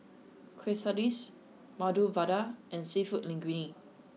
Quesadillas Medu Vada and Seafood Linguine